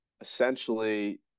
essentially